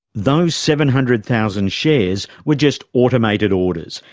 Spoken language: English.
those seven hundred thousand shares were just automated orders,